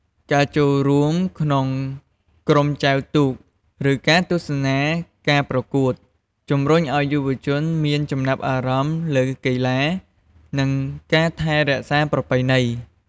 ការចូលរួមក្នុងក្រុមចែវទូក ឬការទស្សនាការប្រកួត ជំរុញឱ្យយុវជនមានចំណាប់អារម្មណ៍លើកីឡា និងការថែរក្សាប្រពៃណី។